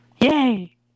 Yay